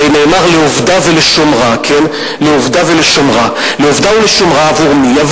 הרי נאמר "לעבדה ולשמרה" עבור מי?